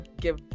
give